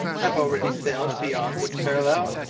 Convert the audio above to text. have already sailed beyond this parallel?